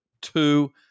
two